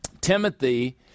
Timothy